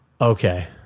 okay